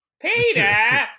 Peter